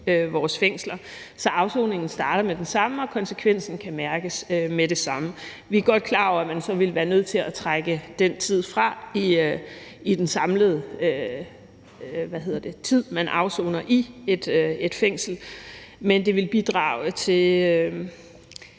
vores fængsler, så afsoningen starter med det samme og konsekvensen kan mærkes med det samme. Vi er godt klar over, at man så ville være nødt til at trække den tid fra den samlede tid, hvor man afsoner i et fængsel, men det ville bidrage til,